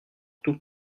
tout